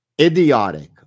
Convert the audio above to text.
idiotic